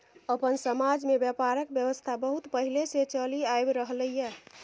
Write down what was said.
अपन समाज में ब्यापारक व्यवस्था बहुत पहले से चलि आइब रहले ये